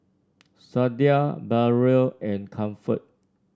Sadia Barrel and Comfort